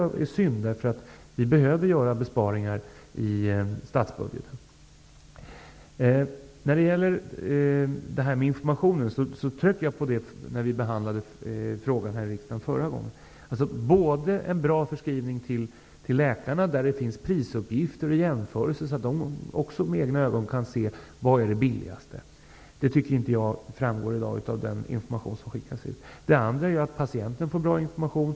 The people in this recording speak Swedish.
Det är synd, därför att det behöver göras besparingar i statsbudgeten. När det gäller informationen, tryckte jag på den frågan när ärendet behandlades här i riksdagen förra gången. Det skall för det första vara en bra förskrivning till läkarna, med prisuppgifter och jämförelser, så att de också med egna ögon kan se vad som är billigast. Jag tycker inte att det framgår av den information som skickas ut i dag. För det andra skall patienten få bra information.